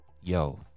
yo